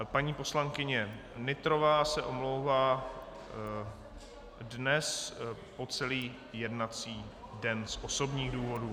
Paní poslankyně Nytrová se omlouvá dnes po celý jednací den z osobních důvodů.